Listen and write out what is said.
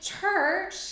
church